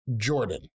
Jordan